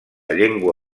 llengua